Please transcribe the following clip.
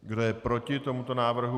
Kdo je proti tomuto návrhu?